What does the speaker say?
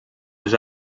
his